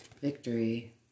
Victory